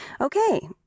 Okay